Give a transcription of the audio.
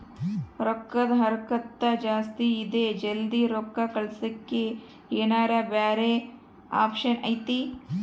ರೊಕ್ಕದ ಹರಕತ್ತ ಜಾಸ್ತಿ ಇದೆ ಜಲ್ದಿ ರೊಕ್ಕ ಕಳಸಕ್ಕೆ ಏನಾರ ಬ್ಯಾರೆ ಆಪ್ಷನ್ ಐತಿ?